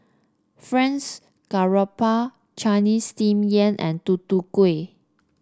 garoupa Chinese Steamed Yam and Tutu Kueh